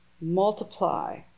multiply